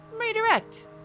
redirect